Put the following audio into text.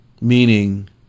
Meaning